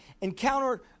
encounter